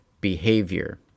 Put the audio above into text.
behavior